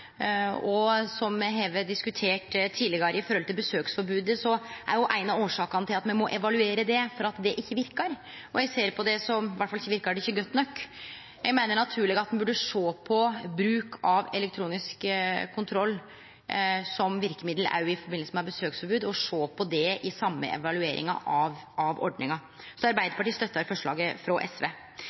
Som me har diskutert tidlegare om besøksforbodet, er ei av årsakene til at me må evaluere det, at det ikkje verkar – det verkar iallfall ikkje godt nok. Eg meiner det er naturleg å sjå på bruk av elektronisk kontroll som verkemiddel også i samband med besøksforbod, og sjå på det i den same evalueringa av ordninga. Arbeidarpartiet støttar forslaget frå SV.